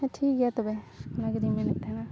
ᱦᱮᱸ ᱴᱷᱤᱠ ᱜᱮᱭᱟ ᱛᱚᱵᱮ ᱚᱱᱟ ᱜᱮᱞᱤᱧ ᱢᱮᱱᱮᱫ ᱛᱟᱦᱮᱱᱟ